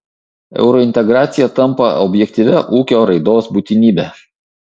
eurointegracija tampa objektyvia ūkio raidos būtinybe